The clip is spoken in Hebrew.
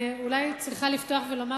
אולי אני צריכה לפתוח ולומר,